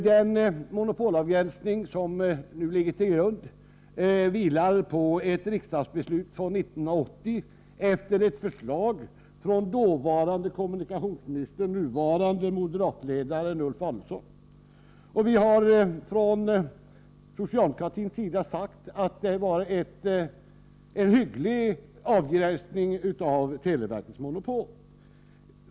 Den monopolavgränsning som nu ligger till grund vilar på ett riksdagsbeslut från 1980 efter ett förslag från dåvarande kommunikationsministern, nuvarande moderatledaren, Ulf Adelsohn. Vi har från socialdemokratins sida sagt att det innebar en hygglig avgränsning av televerkets monopol.